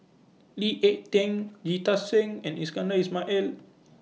Lee Ek Tieng Jita Singh and Iskandar Ismail